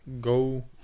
go